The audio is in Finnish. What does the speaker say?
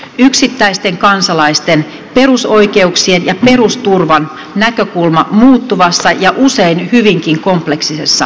yksittäisten kansalaisten perusoikeuksien ja perusturvan näkökulma muuttuvassa ja usein hyvinkin kompleksisessa maailmassa